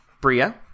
Bria